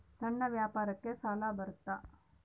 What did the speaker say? ಸಣ್ಣ ವ್ಯಾಪಾರಕ್ಕ ಸಾಲ ಬರುತ್ತಾ?